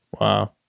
Wow